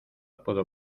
puedo